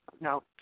No